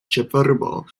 ĉefurbo